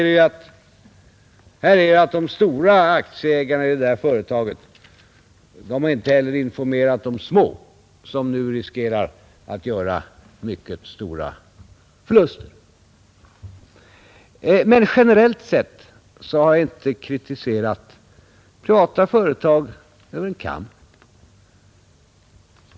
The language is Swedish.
De stora aktieägarna i det företaget har inte heller informerat de små, som nu riskerar att göra mycket betydande förluster. Men jag har inte kritiserat privata företag över en kam.